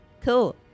Cool